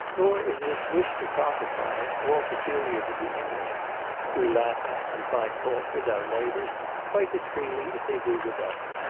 nor is this wish to profit by it all peculiar to the english we laugh at, and find fault with, our neighbours quite as freely as they do with us,